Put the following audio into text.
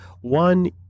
one